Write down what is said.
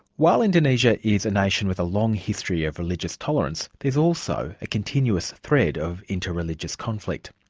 while indonesia is a nation with a long history of religious tolerance, there's also a continuous thread of inter-religious conflict.